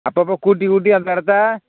அப்போப்ப கூட்டி கூட்டி அந்த இடத்த